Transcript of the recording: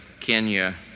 Kenya